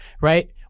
Right